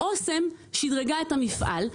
אסם שדרגה את המפעל,